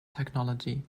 technology